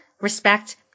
respect